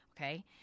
Okay